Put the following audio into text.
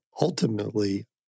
ultimately